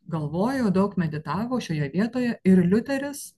galvojo daug meditavo šioje vietoje ir liuteris